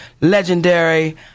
legendary